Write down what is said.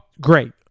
Great